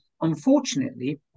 unfortunately